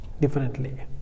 differently